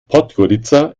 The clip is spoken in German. podgorica